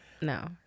No